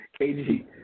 KG